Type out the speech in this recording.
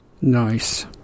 Nice